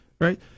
right